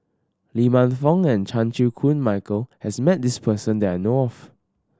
Lee Man Fong and Chan Chew Koon Michael has met this person that I know of